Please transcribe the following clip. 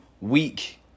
week